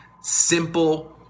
simple